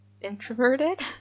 introverted